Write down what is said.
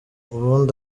ubundi